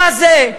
מה זה,